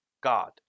God